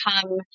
come